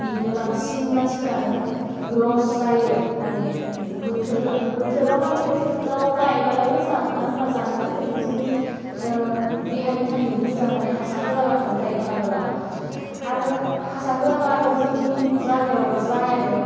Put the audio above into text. बिदिनो बांसिन मानसिफोरानो लस्ट जायो माने बोथोर बोथोराव माने बोथोरआव गायबालाय मोजां मानो होनबा जानो थाखायनो जोंनि देहानि थाखायबो मोजां माने हासार होआलाफानो गायनो हाबोला आरो हासार होआबा आरो जोंनि जागायाव आरो जायानो